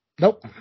nope